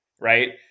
Right